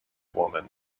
woman